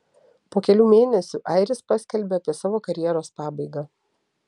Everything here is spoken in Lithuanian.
po kelių mėnesių airis paskelbė apie savo karjeros pabaigą